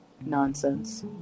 nonsense